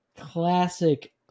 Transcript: classic